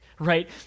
Right